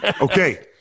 Okay